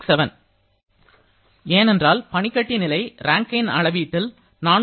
67 ஏனென்றால் பனிக்கட்டி நிலை ரேங்கைன் அளவீட்டில் 491